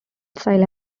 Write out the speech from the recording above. styles